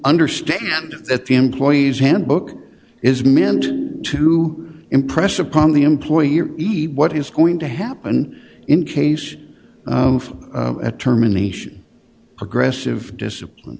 understand at the employee's handbook is meant to impress upon the employer eat what is going to happen in case of a terminations aggressive discipline